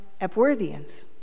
Epworthians